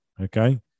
Okay